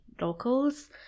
locals